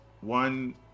one